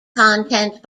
content